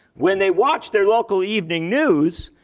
when they watch their local evening news,